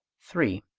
three.